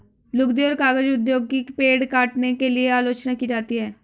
लुगदी और कागज उद्योग की पेड़ काटने के लिए आलोचना की जाती है